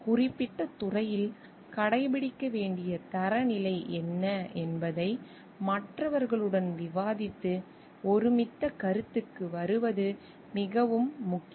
குறிப்பிட்ட துறைகளில் கடைப்பிடிக்க வேண்டிய தரநிலை என்ன என்பதை மற்றவர்களுடன் விவாதித்து ஒருமித்த கருத்துக்கு வருவது மிகவும் முக்கியம்